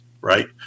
right